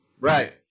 Right